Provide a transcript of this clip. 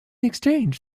exchange